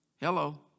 Hello